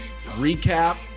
recap